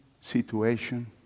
situation